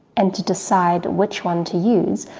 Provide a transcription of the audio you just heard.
and to decide which one to use,